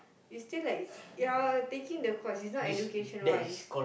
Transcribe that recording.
is still like you are taking the course is not education right